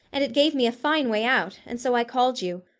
and it gave me a fine way out, and so i called you.